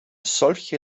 solche